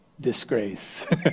disgrace